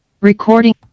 Recording